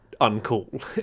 uncool